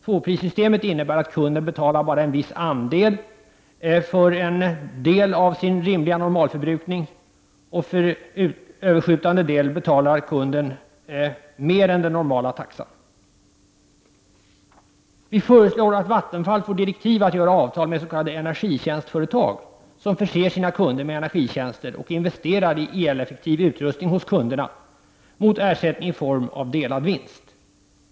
Tvåprissystemet innebär att kunden betalar bara en viss andel för en del av sin rimliga normalförbrukning, och för överskjutande del betalar kunden mer än den normala taxan. Vi föreslår att Vattenfall får direktiv att göra avtal med s.k. energitjänstföretag, som förser sina kunder med energitjänster och investerar i eleffektiv utrustning hos kunderna mot ersättning i form av delad vinst.